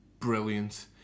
brilliant